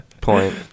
Point